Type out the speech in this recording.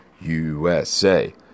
USA